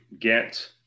get